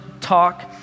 talk